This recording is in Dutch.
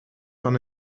van